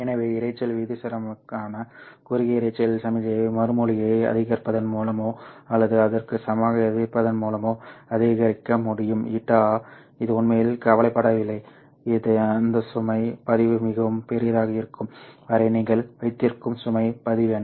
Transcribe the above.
எனவே இரைச்சல் விகிதத்திற்கான குறுகிய இரைச்சல் சமிக்ஞையை மறுமொழியை அதிகரிப்பதன் மூலமோ அல்லது அதற்கு சமமாக அதிகரிப்பதன் மூலமோ அதிகரிக்க முடியும் η இது உண்மையில் கவலைப்படவில்லை அந்த சுமை பதிவு மிகவும் பெரியதாக இருக்கும் வரை நீங்கள் வைத்திருக்கும் சுமை பதிவு என்ன